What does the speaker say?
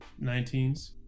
Nineteens